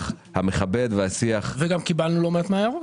המכבד והשיח --- וגם קיבלנו לא מעט מההערות.